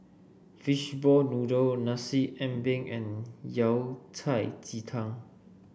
Fishball Noodle Nasi Ambeng and Yao Cai Ji Tang